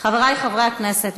חברי חברי הכנסת,